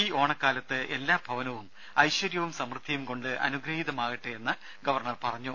ഈ ഓണക്കാലത്ത് എല്ലാ ഭവനവും ഐശ്വര്യവും സമൃദ്ധിയും കൊണ്ട് അനുഗൃഹീതമാകട്ടെയെന്ന് ഗവർണർ പറഞ്ഞു